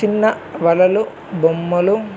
చిన్న వలలు బొమ్మలు